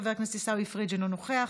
חבר הכנסת עיסאווי פריג' אינו נוכח,